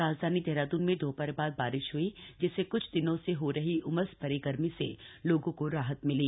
राजधानी देहरादून में दोपहर बाद बारिश हुई जिससे कुछ दिनों से हो रही ऊमस भरी गर्मी से लोगों को राहत मिली